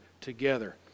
together